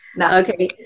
Okay